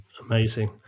Amazing